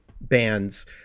bands –